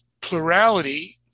plurality